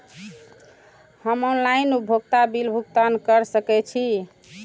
हम ऑनलाइन उपभोगता बिल भुगतान कर सकैछी?